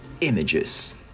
images